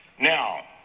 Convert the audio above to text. Now